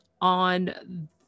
on